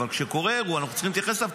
אבל כשקורה אירוע אנחנו צריכים להתייחס אליו,